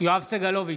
יואב סגלוביץ'